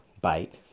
bite